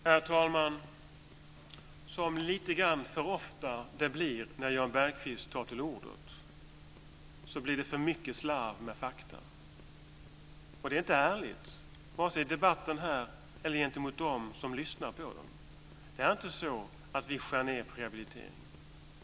Herr talman! Som det lite grann för ofta blir när Jan Bergqvist tar till ordet, blir det för mycket slarv med fakta. Det är inte ärligt vare sig i debatten här eller gentemot dem som lyssnar på den. Vi skär inte ned på rehabiliteringen.